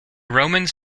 romans